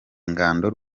ingando